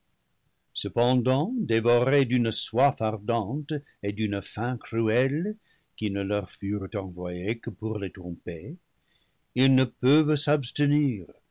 cependant dévorés d'une soif ardente et d'une faim cruelle qui ne leur furent envoyées que pour les tromper ils ne peuvent s'abstenir